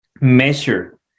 measure